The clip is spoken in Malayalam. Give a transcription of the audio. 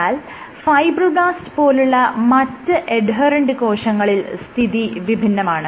എന്നാൽ ഫൈബ്രോബ്ലാസ്റ്റ് പോലുള്ള മറ്റ് എഡ്ഹെറെന്റ് കോശങ്ങളിൽ സ്ഥിതി വിഭിന്നമാണ്